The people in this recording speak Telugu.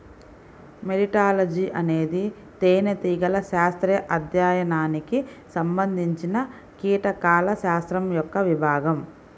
మెలిటాలజీఅనేది తేనెటీగల శాస్త్రీయ అధ్యయనానికి సంబంధించినకీటకాల శాస్త్రం యొక్క విభాగం